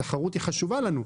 התחרות חשובה לנו.